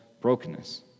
brokenness